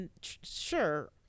sure